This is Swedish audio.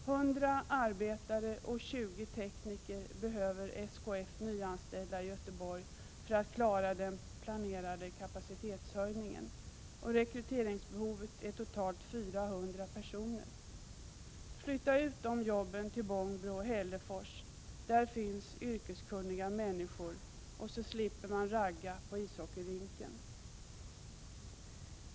100 arbetare och 20 tekniker behöver SKF nyanställa i Göteborg för att klara den planerade kapacitetshöjningen. Rekryteringsbehovet är totalt 400 personer. Flytta ut dessa arbeten till Bångbro och Hällefors — där finns yrkeskunniga människor, och då slipper man ragga på ishockeyrinken.